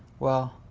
well,